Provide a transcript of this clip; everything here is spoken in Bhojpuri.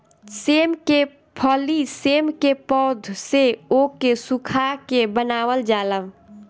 सेम के फली सेम के पौध से ओके सुखा के बनावल जाला